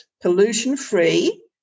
pollution-free